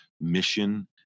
mission